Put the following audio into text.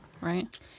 right